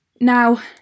Now